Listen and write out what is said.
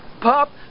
pop